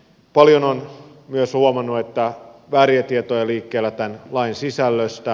paljon on myös huomannut että on vääriä tietoja liikkeellä tämän lain sisällöstä